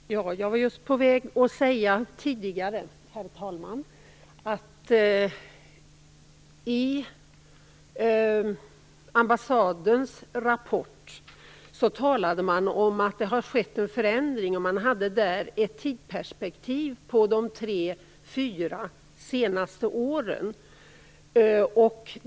Herr talman! Jag var tidigare just på väg att säga att man i ambassadens rapport talar om att det har skett en förändring. Man har i den ett tidsperspektiv som gäller de tre, fyra senaste åren.